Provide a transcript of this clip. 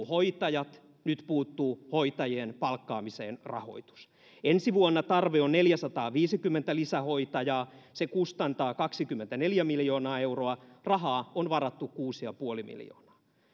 hoitajat nyt puuttuu hoitajien palkkaamiseen rahoitus ensi vuonna tarve on neljäsataaviisikymmentä lisähoitajaa se kustantaa kaksikymmentäneljä miljoonaa euroa rahaa on varattu kuusi pilkku viisi miljoonaa